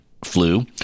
flu